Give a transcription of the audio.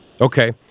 Okay